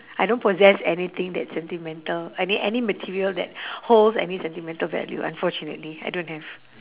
I don't possess anything that sentimental any any material that holds any sentimental value unfortunately I don't have